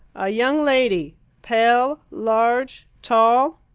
a young lady pale, large, tall.